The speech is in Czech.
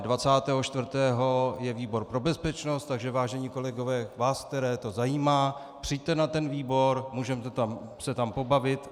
Dvacátého čtvrtého je výbor pro bezpečnost, takže vážení kolegové, vy, které to zajímá, přijďte na ten výbor, můžeme se tam pobavit.